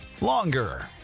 longer